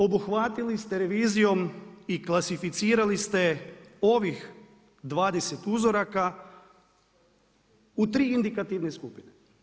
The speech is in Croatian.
Obuhvatili ste revizijom i klasificirali ste ovih 20 uzoraka u 3 indikativne skupine.